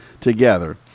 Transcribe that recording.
together